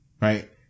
right